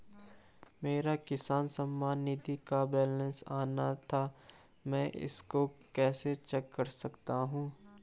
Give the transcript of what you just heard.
मेरा किसान सम्मान निधि का बैलेंस आना था मैं इसको कैसे चेक कर सकता हूँ?